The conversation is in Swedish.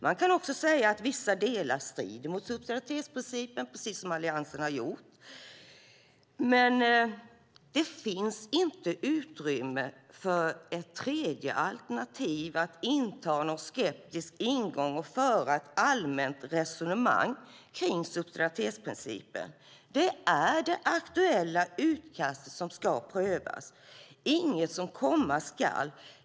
Man kan också säga att vissa delar strider mot subsidiaritetsprincipen, precis som Alliansen har gjort, men det finns inte utrymme för ett tredje alternativ, det vill säga att inta någon skeptisk ingång och föra ett allmänt resonemang kring subsidiaritetsprincipen. Det är det aktuella utkastet som ska prövas, inget som komma skall.